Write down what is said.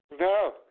No